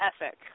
ethic